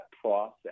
process